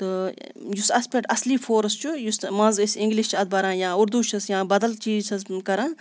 تہٕ یُس اَتھ پٮ۪ٹھ اَصلی فورس چھُ یُس منٛز ٲسۍ اِنگلِش چھِ اَتھ بَران یا اردو چھِس یا بَدَل چیٖز چھِس کَران